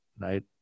right